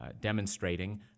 demonstrating